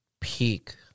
peak